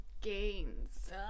gains